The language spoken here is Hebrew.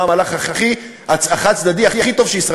מה המהלך החד-צדדי הכי טוב שישראל